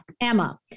Emma